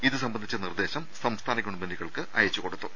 ഇത് സംബന്ധിച്ച നിർദ്ദേശം സംസ്ഥാന ഗവൺമെന്റുകൾക്ക് അയച്ചു